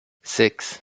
six